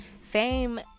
Fame